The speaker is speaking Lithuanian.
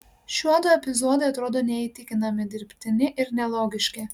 šiuodu epizodai atrodo neįtikinami dirbtini ir nelogiški